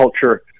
culture